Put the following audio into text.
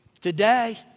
Today